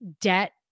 debt